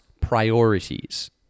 priorities